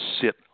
sit